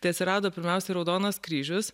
tai atsirado pirmiausiai raudonas kryžius